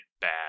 bad